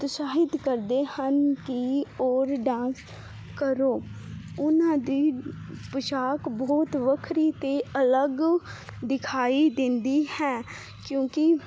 ਉਤਸ਼ਾਹਿਤ ਕਰਦੇ ਹਨ ਕੀ ਔਰ ਡਾਂਸ ਕਰੋ ਉਹਨਾਂ ਦੀ ਪੋਸ਼ਾਕ ਬਹੁਤ ਵੱਖਰੀ ਤੇ ਅਲੱਗ ਦਿਖਾਈ ਦਿੰਦੀ ਹੈ ਕਿਉਂਕੀ